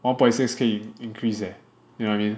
one point six K increase eh you know what I mean